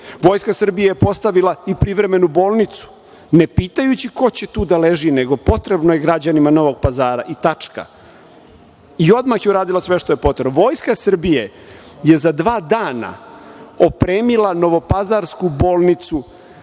Vojska Srbije je postavila i privremenu bolnicu, ne pitajući ko će tu da leži, nego potrebno je građanima Novog Pazara i tačka, i odmah je uradila sve što je potrebno. Vojska Srbije je za dva dana opremila novopazarsku bolnicu